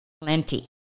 Plenty